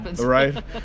right